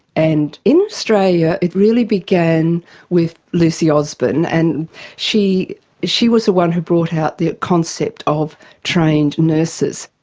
and in australia, it really began with lizzy osborne, and she she was the one who brought out the concept of trained nurses.